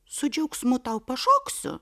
su džiaugsmu tau pašoksiu